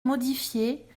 modifier